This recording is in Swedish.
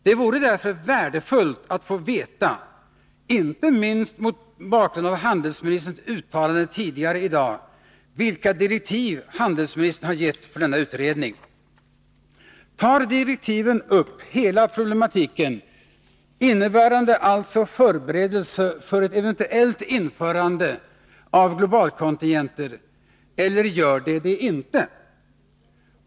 Det vore därför värdefullt att få veta — inte minst mot bakgrund av handelsministerns uttalande tidigare i dag — vilka direktiv handelsministern har givit för denna utredning. Tar direktiven upp hela problematiken, innebärande alltså förberedelser för ett eventuellt införande av globalkontingenter eller gör de det inte?